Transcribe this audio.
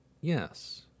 yes